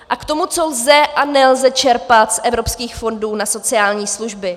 A k tomu, co lze a nelze čerpat z evropských fondů na sociální služby.